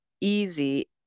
easy